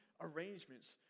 arrangements